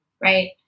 Right